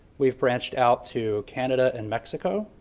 we've branched out to canada and mexico